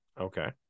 okay